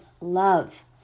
love